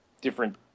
different